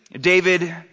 David